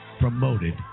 promoted